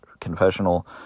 Confessional